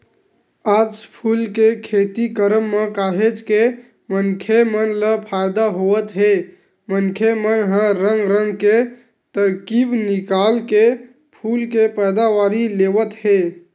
आज फूल के खेती करब म काहेच के मनखे मन ल फायदा होवत हे मनखे मन ह रंग रंग के तरकीब निकाल के फूल के पैदावारी लेवत हे